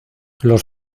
los